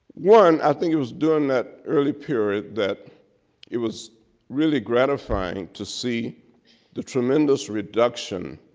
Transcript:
one i think it was during that early period that it was really gratifying to see the tremendous reduction